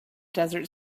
desert